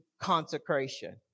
consecration